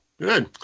Good